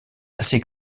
assez